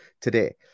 today